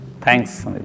Thanks